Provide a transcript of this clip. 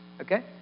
okay